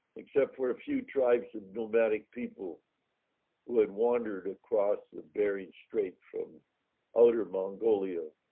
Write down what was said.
except for a few drives and nomadic people would wandered across the bering strait from outer mongolia